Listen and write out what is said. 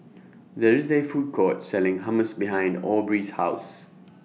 There IS A Food Court Selling Hummus behind Aubrey's House